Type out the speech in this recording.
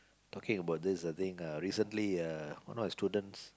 talking about this uh I think uh recently uh one of the students